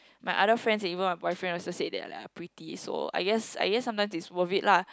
my other friends even my boyfriend also said they are pretty so I guess I guess sometimes it's worth it lah